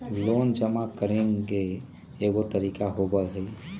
Loan जमा करेंगे एगो तारीक होबहई?